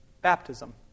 Baptism